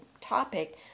topic